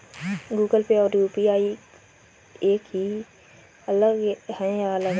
Google Pay और UPI एक ही है या अलग?